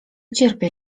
cierpię